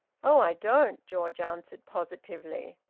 oh, i don't! george answered positively.